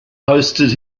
hosted